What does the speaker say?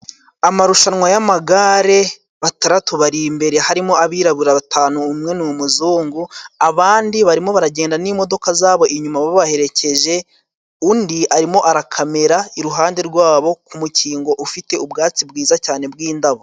Amarushanwa y'amagare bataratu bari imbere, harimo abirabura batanu, umwe ni muzungu, abandi barimo baragenda n'imodoka za bo inyuma babaherekeje, undi arimo arakamera iruhande rwa bo ku mukingo, ufite ubwatsi bwiza cyane bw'indabo.